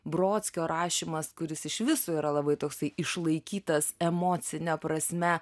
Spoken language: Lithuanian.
brodskio rašymas kuris iš viso yra labai toksai išlaikytas emocine prasme